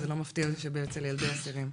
אז זה לא מפתיע שאין לילדי אסירים.